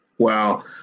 Wow